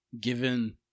Given